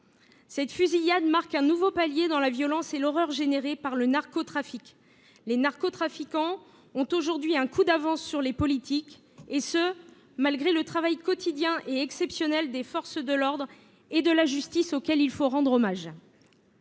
Cette fusillade marque un nouveau palier dans la violence et l’horreur suscitées par le narcotrafic. Les narcotrafiquants ont désormais un coup d’avance sur les responsables politiques, et cela en dépit du travail quotidien et exceptionnel des forces de l’ordre et de la justice, auxquelles il faut rendre hommage.